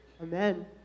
Amen